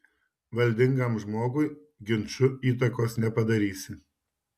valdingam žmogui ginču įtakos nepadarysi